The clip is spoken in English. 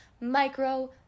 micro